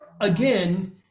again